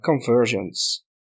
conversions